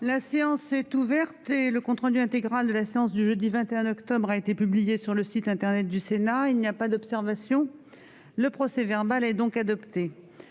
La séance est ouverte. Le compte rendu intégral de la séance du jeudi 21 octobre 2021 a été publié sur le site internet du Sénat. Il n'y a pas d'observation ?... Le procès-verbal est adopté.